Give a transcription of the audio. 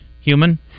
human